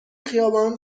خیابان